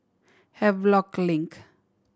Havelock Link